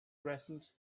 present